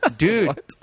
Dude